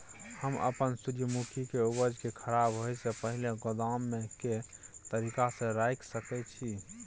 हम अपन सूर्यमुखी के उपज के खराब होयसे पहिले गोदाम में के तरीका से रयख सके छी?